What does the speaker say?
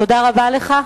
תודה רבה לך,